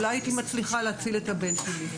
אולי הייתי מצליחה להציל את הבן שלי.